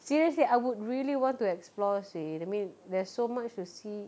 seriously I really want to explore seh I mean there's so much to see